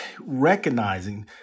recognizing